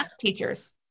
teachers